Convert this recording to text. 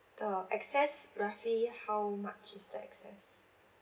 the excess roughly how much is the excess